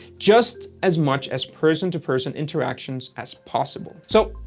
just as much as person to person interactions as possible. so,